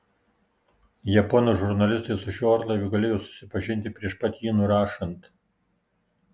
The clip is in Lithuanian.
japonų žurnalistai su šiuo orlaiviu galėjo susipažinti prieš pat jį nurašant